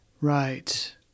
Right